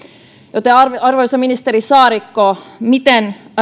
joten arvoisa ministeri saarikko miten